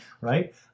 right